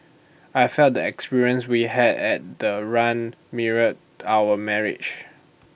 I felt the experience we had at the run mirrored our marriage